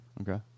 Okay